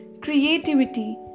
creativity